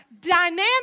Dynamic